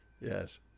Yes